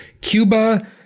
Cuba